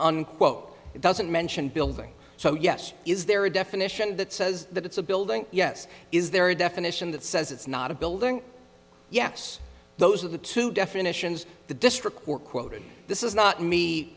unquote it doesn't mention building so yes is there a definition that says that it's a building yes is there a definition that says it's not a building yes those are the two definitions the district court quoted this is not me